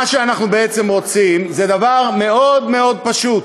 מה שאנחנו בעצם רוצים זה דבר מאוד מאוד פשוט,